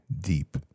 deep